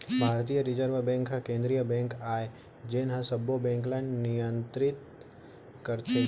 भारतीय reserve bank ह केंद्रीय बेंक आय जेन ह सबो बेंक ल नियतरित करथे